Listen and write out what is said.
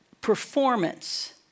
performance